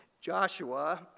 Joshua